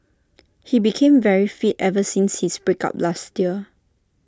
he became very fit ever since his break up last year